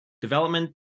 development